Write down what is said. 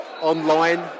online